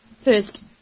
First